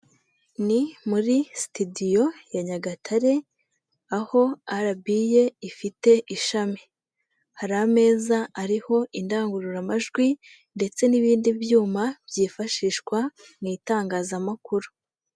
Ni muri situdiyo ya nyagatare aho RBA ifite ishami, hari ameza ariho indangururamajwi ndetse n'ibindi byuma byifashishwa mu itangazamakuru.